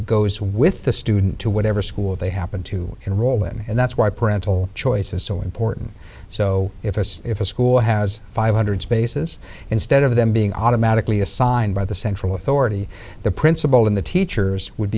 it goes with the student to whatever school they happen to enroll in and that's why parental choice is so important so if this if a school has five hundred spaces instead of them being automatically assigned by the central authority the principal and the